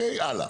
הלאה.